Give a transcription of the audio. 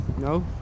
No